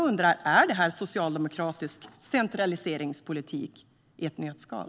Är det här socialdemokratisk centraliseringspolitik i ett nötskal?